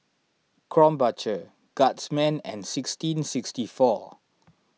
Krombacher Guardsman and sixteen sixty four